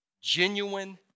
genuine